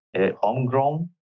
homegrown